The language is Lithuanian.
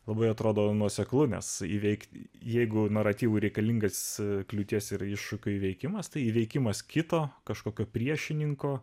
labai atrodo nuoseklu nes įveikti jeigu naratyvui reikalingas kliūties ir iššūkių įveikimas tai įveikimas kito kažkokio priešininko